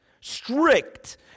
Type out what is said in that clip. strict